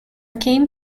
came